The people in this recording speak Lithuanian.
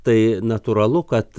tai natūralu kad